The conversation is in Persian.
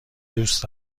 دوست